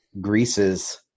Greece's